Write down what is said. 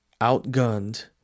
outgunned